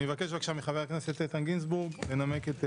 אני מבקש מחבר הכנסת איתן גינזבורג לנמק את הבקשה.